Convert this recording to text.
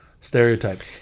Stereotype